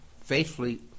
faithfully